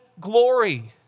glory